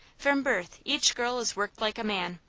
from birth each girl is worked like a man,